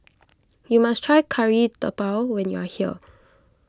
you must try Kari Debal when you are here